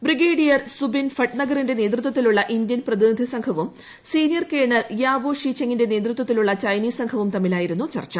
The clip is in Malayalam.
ബ്രിഗേഡിയർ സുബിൻ ഭട്നഗറിന്റെ നേതൃത്വത്തിലുള്ള ഇന്ത്യൻ പ്രതിനിധി സംഘവും സീനിയർ കേണൽ യാവോ ഷി ചെങ്ങിന്റെ നേതൃത്വത്തിലുള്ള ചൈനീസ് സംഘവും തമ്മിലായിരുന്നു ചർച്ച